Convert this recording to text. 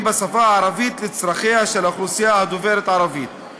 "בשפה הערבית לצרכיה של האוכלוסייה הדוברת ערבית",